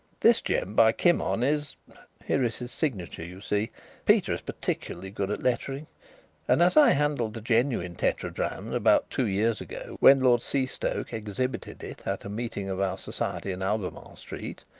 this gem by kimon is here is his signature, you see peter is particularly good at lettering and as i handled the genuine tetradrachm about two years ago, when lord seastoke exhibited it at a meeting of our society in albemarle street,